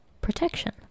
protection